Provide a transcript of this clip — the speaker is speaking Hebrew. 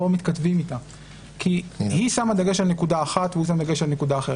כי היא שמה דגש על נקודה אחת והוא שם דגש על נקודה אחרת.